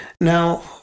Now